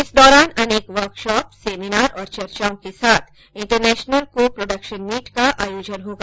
इस दौरान अनेक वर्कशॉप सेमिनार और चर्चाओं के साथ इंटरनेशनल को प्रोडक्शन मीट का आयोजन होगा